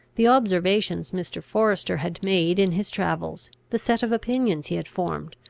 the observations mr. forester had made in his travels, the set of opinions he had formed,